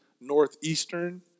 Northeastern